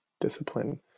discipline